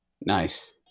Nice